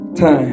time